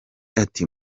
ati